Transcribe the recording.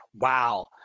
Wow